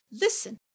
listen